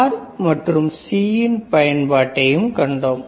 R மற்றும் C இன் பயன்பாட்டைக் கண்டோம்